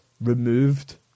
Removed